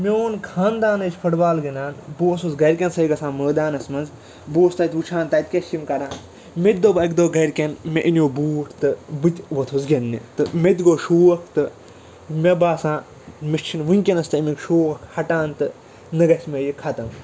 میٛون خانٛدانٕے چھُ فُٹ بال گِنٛدان بہٕ اوسُس گَرِکٮ۪ن سۭتۍ گژھان مٲدانَس منٛز بہٕ اوسُس تَتہِ وُچھان تَتہِ کیٛاہ چھِ یِم کران مےٚ تہِ دوٚپ اَکہِ دۄہ گَرِکٮ۪ن مےٚ أنیوٗ بوٗٹھ تہٕ بہٕ تہِ وۅتھُس گِنٛدنہِ تہٕ مےٚ تہِ گوٚو شوق تہٕ مےٚ باسان مےٚ چھِنہٕ ؤنکٮ۪نَس تہِ أمیُک شوق ہٹان تہٕ نہٕ گژھِ مےٚ یہِ ختم